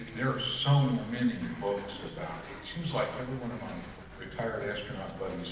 there are so many books about it seems like retired astronaut